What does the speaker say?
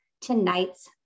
tonight's